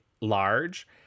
large